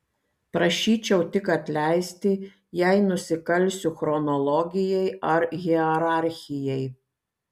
prašyčiau tik atleisti jei nusikalsiu chronologijai ar hierarchijai